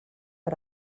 per